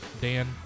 Dan